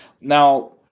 Now